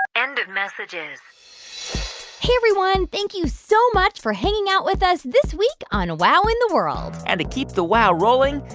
end of messages hey, everyone. thank you so much for hanging out with us this week on wow in the world and to keep the wow rolling,